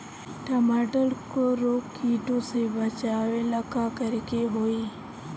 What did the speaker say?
टमाटर को रोग कीटो से बचावेला का करेके होई?